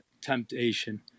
temptation